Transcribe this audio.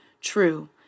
true